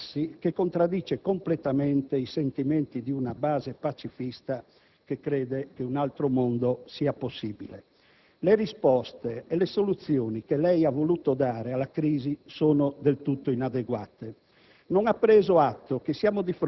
di scelte politiche e di una prassi che contraddice completamente i sentimenti di una base pacifista che crede che un altro mondo sia possibile. Le risposte e le soluzioni che lei ha voluto dare alla crisi sono del tutto inadeguate;